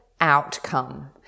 outcome